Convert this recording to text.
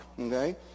Okay